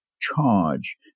charge